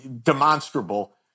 demonstrable